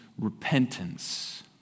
repentance